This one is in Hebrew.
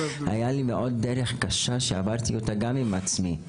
היה לי מאוד דרך קשה שעברתי אותה גם עם עצמי.